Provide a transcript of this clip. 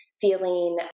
feeling